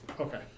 Okay